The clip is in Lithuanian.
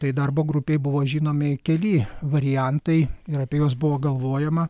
tai darbo grupėi buvo žinomi keli variantai ir apie juos buvo galvojama